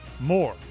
More